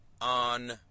on